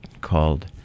called